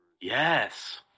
Yes